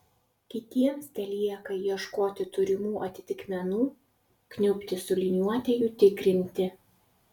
kitiems telieka ieškoti turimų atitikmenų kniubti su liniuote jų tikrinti